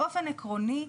באופן עקרוני,